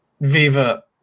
Viva